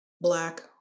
Black